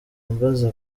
ambaza